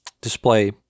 Display